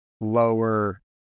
lower